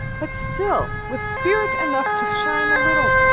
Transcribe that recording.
but still with spirit enough to shine a little.